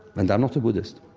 and i'm not a buddhist